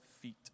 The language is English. feet